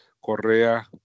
Correa